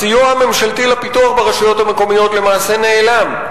הסיוע הממשלתי לפיתוח ברשויות המקומיות למעשה נעלם.